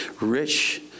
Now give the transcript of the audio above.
rich